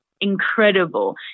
incredible